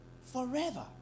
forever